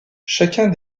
chacun